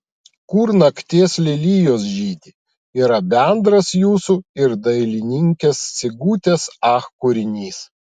kur nakties lelijos žydi yra bendras jūsų ir dailininkės sigutės ach kūrinys